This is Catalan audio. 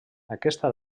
aquesta